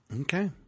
okay